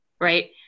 right